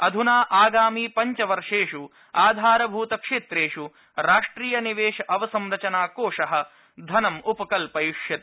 अध्ना आगामि पञ्चवर्षेष् आधारभूत क्षेत्रेष् राष्ट्रिय निवेश अवसरंचना कोष धनं उपकल्पयिष्यति